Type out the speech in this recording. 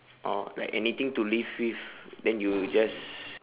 oh like anything to live with then you just